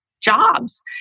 jobs